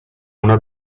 una